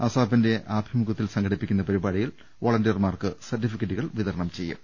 അസാപിന്റെ ആഭിമുഖ്യത്തിൽ സംഘടിപ്പിക്കുന്ന പരി പാടിയിൽ വളണ്ടിയർക്ക് സർട്ടിഫിക്കറ്റുകൾ വിത രണം ചെയ്യും